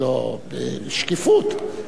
לא, בשקיפות.